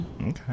Okay